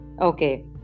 Okay